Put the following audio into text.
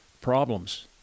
problems